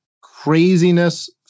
craziness